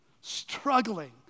struggling